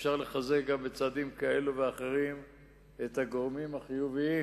אפשר לחזק גם בצעדים כאלו ואחרים את הגורמים החיוביים